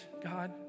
God